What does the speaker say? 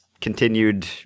Continued